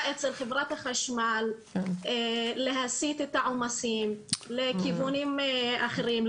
אצל חברת החשמל להסיט את העומסים לכיוונים אחרים,